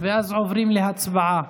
ואז עוברים להצבעה.